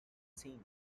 scenes